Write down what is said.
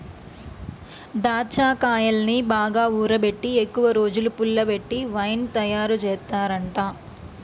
దాచ్చాకాయల్ని బాగా ఊరబెట్టి ఎక్కువరోజులు పుల్లబెట్టి వైన్ తయారుజేత్తారంట